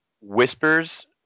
whispers